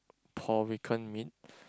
pawikan meat